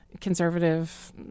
conservative